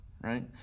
right